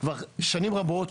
שנים רבות.